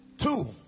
Two